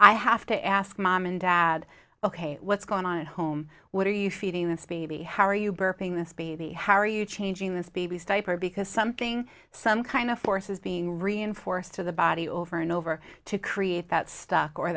i have to ask mom and dad ok what's going on at home what are you feeding this baby how are you burping this baby how are you changing this baby's diaper because something some kind of force is being reinforced to the body over and over to create that stuck or